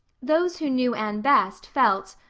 those who knew anne best felt,